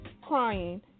crying